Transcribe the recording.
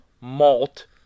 malt